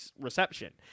reception